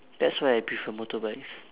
that's why I prefer motorbikes